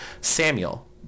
Samuel